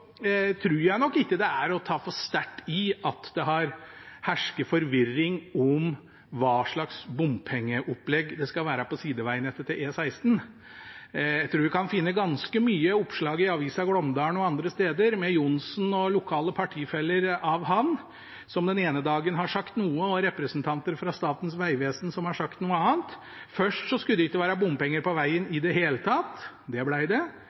Jeg tror nok ikke det er å ta for sterkt i å si at det har hersket forvirring om hva slags bompengeopplegg det skal være på sidevegnettet til E16. Jeg tror en kan finne ganske mange oppslag i avisa Glåmdalen og andre steder om Johnsen og lokale partifeller av ham, som den ene dagen har sagt noe, og om representanter fra Statens vegvesen, som har sagt noe annet. Først skulle det ikke være bompenger på vegen i det hele tatt – det ble det.